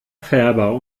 färber